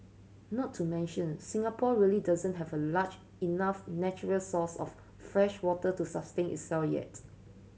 not to mention Singapore really doesn't have a large enough natural resource of freshwater to sustain itself yet